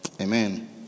Amen